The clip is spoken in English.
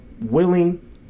willing